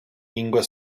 lingua